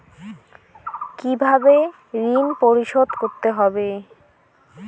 কিভাবে ঋণ পরিশোধ করতে হবে?